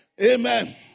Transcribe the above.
Amen